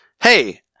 Hey